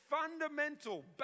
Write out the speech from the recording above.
fundamental